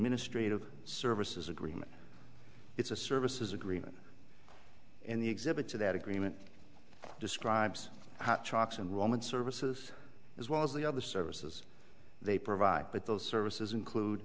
ministry of services agreement it's a services agreement and the exhibits of that agreement describes how trucks and roman services as well as the other services they provide but those services include